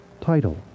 Title